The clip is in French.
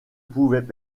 pouvaient